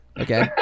Okay